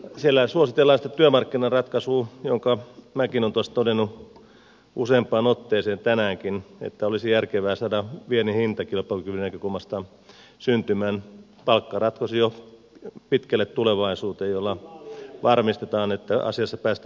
siellä suositellaan sitä työmarkkinaratkaisua josta minäkin olen todennut useampaan otteeseen tänäänkin että olisi järkevää viennin hintakilpailukyvyn näkökulmasta saada syntymään palkkaratkaisu pitkälle tulevaisuuteen millä varmistetaan että asiassa päästään eteenpäin